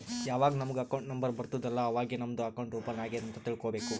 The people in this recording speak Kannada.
ಯಾವಾಗ್ ನಮುಗ್ ಅಕೌಂಟ್ ನಂಬರ್ ಬರ್ತುದ್ ಅಲ್ಲಾ ಅವಾಗೇ ನಮ್ದು ಅಕೌಂಟ್ ಓಪನ್ ಆಗ್ಯಾದ್ ಅಂತ್ ತಿಳ್ಕೋಬೇಕು